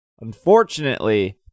Unfortunately